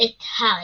את הארי,